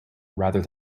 rather